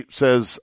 says